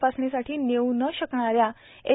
तपासणीसाठी नेऊ न शकणाऱ्या एच